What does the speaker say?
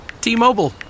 T-Mobile